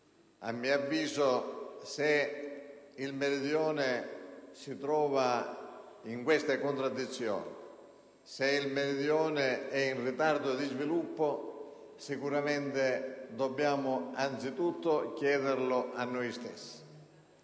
A mio avviso, se il Meridione si trova in queste contraddizioni ed è in ritardo di sviluppo, sicuramente dobbiamo chiederlo a noi stessi: